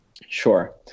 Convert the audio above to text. Sure